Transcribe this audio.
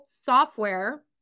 software